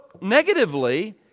negatively